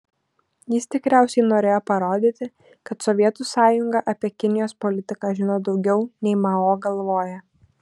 jis tikriausiai norėjo parodyti kad ssrs apie kinijos politiką žino daugiau nei mao galvoja